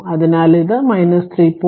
അതിനാൽ ഇത് 3